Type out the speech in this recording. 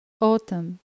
autumn